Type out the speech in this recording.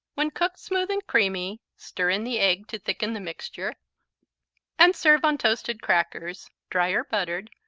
when cooked smooth and creamy, stir in the egg to thicken the mixture and serve on toasted crackers, dry or buttered,